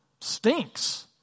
Stinks